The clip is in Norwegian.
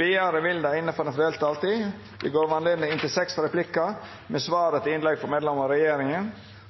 Videre vil det – innenfor den fordelte taletid – bli gitt anledning til inntil seks replikker med svar etter innlegg fra medlemmer av regjeringen,